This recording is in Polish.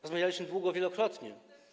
Rozmawialiśmy długo, wielokrotnie.